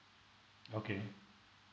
okay